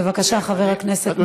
בבקשה, חבר הכנסת מיקי לוי.